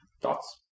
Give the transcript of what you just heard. Thoughts